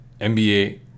nba